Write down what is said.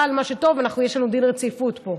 אבל מה שטוב, יש לנו דין רציפות פה.